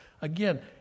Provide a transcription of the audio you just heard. again